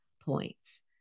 points